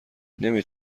نمی